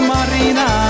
Marina